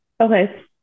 Okay